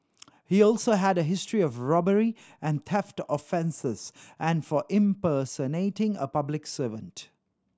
he also had a history of robbery and theft offences and for impersonating a public servant